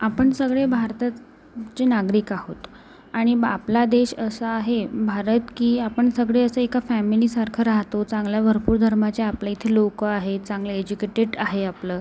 आपण सगळे भारताचे नागरिक आहोत आणि आपला देश असा आहे भारत की आपण सगळे असे एका फॅमिलीसारखं राहातो चांगल्या भरपूर धर्माच्या आपल्या इथे लोकं आहे चांगले एज्युकेटेट आहे आपलं